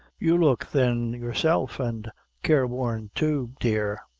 you look thin yourself, and careworn too, dear.